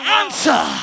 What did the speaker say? answer